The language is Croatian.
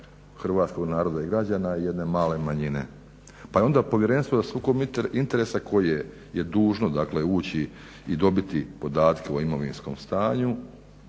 hrvatskog naroda i građana jedne male manjine. Pa je povjerenstvo za sukob interesa koje je dužno dakle ući i dobiti podatke o imovinskom stanju